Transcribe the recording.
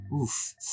Oof